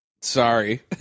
sorry